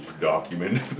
document